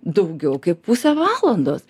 daugiau kaip pusę valandos